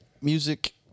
music